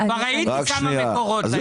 כבר ראיתי כמה מקורות בעניין.